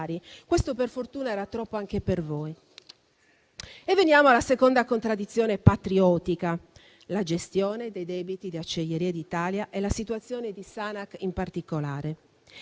Questo, per fortuna, era troppo anche per voi. Veniamo alla seconda contraddizione patriottica: la gestione dei debiti di Acciaierie d'Italia e la situazione di Sanac, in particolare.